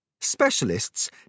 Specialists